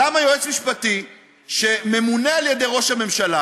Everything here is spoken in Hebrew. למה יועץ משפטי שממונה על ידי ראש הממשלה,